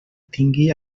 tingui